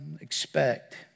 Expect